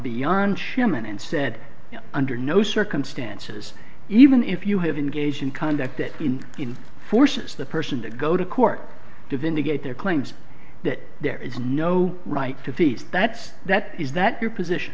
beyond szymon and said under no circumstances even if you have engaged in conduct that forces the person to go to court to vindicate their claims that there is no right to be that's that is that your position